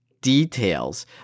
Details